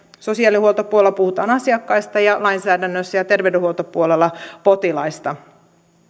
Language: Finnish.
sosiaalihuoltopuolella puhutaan lainsäädännössä asiakkaista ja terveydenhuoltopuolella potilaista